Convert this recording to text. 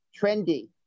trendy